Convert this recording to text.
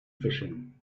fishing